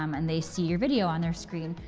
um and they see your video on their screen.